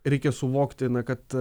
reikia suvokti kad